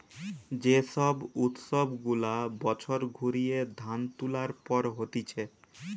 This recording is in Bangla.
যে সব উৎসব গুলা বছর ঘুরিয়ে ধান তুলার পর হতিছে